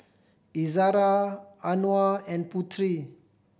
Izzara Anuar and Putri